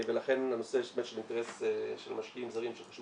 ולכן הנושא של אינטרס של משקיעים זרים שחשוב